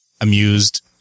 amused